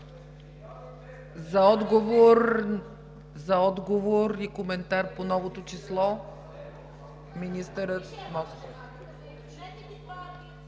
За отговор и коментар по новото число – министър Москов.